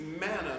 manna